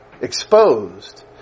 exposed